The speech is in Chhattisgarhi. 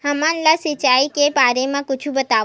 हमन ला सिंचाई के बारे मा कुछु बतावव?